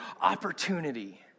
opportunity